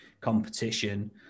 competition